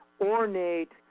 ornate